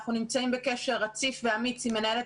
אנחנו נמצאים בקשר רציף ואמיץ עם מנהלת